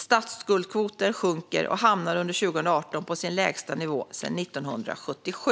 Statsskuldskvoten sjunker och hamnade under 2018 på sin lägsta nivå sedan 1977.